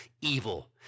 evil